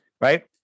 Right